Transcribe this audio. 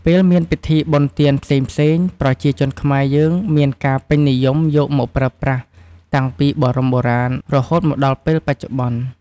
ពេលមានពិធីបុណ្យទានផ្សេងៗ ប្រជាជនខ្មែរយើងមានការពេញនិយមយកមកប្រើប្រាស់តាំងពីបរមបុរាណរហូតមកដល់ពេលបច្ចុប្បន្ន។